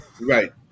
Right